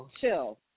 chill